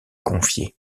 confier